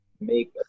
make